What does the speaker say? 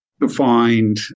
defined